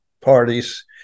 parties